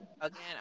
Again